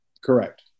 Correct